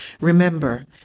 Remember